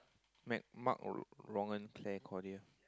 Mag Mark or Rong-En Claire Claudia